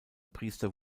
priester